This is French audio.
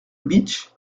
bitche